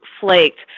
Flaked